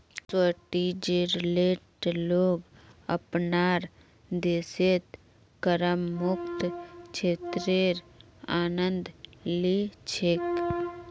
स्विट्जरलैंडेर लोग अपनार देशत करमुक्त क्षेत्रेर आनंद ली छेक